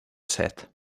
said